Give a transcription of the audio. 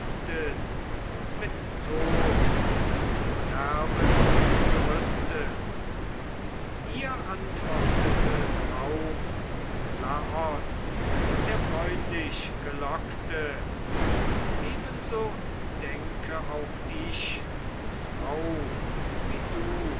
mit tod und verderben gerüstet ihr antwortete drauf menelaos der bräunlichgelockte ebenso denke auch ich o frau wie du